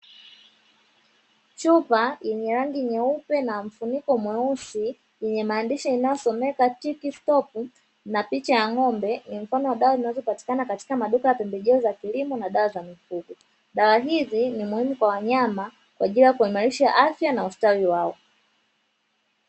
Chupa lenyee rangi nyeupe na mfuniko mweusi yenye maandishi, inayosomeka chikitopu na picha ya ng'ombe mfano wa dawa zinazopatikana katika maduka ya pembejeo za kilimo na dawa za kulevya dawa hizi ni muhimu kwa wanyama kwa ajili ya kuimarisha afya na ustawi wao.